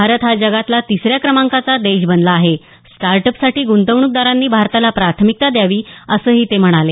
भारत हा जगातला तिसऱ्या क्रमांकाचा देश बनला आहे स्टार्ट अपसाठी गुंतवणूकदारांनी भारताला प्राथमिकता द्यावी असंही ते म्हणाले